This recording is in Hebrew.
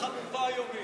שעת החנופה היומית.